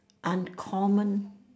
uncommon